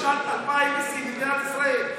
בשנת 2020 במדינת ישראל.